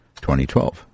2012